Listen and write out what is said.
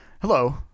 Hello